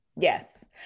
Yes